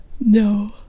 No